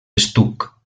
estuc